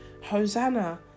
Hosanna